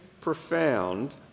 profound